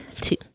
two